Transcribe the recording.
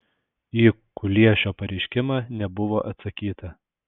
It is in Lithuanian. į kuliešio pareiškimą nebuvo atsakyta